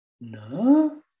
no